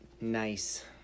Nice